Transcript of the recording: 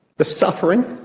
the suffering,